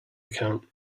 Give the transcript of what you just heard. account